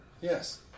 Yes